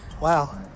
wow